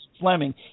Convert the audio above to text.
Fleming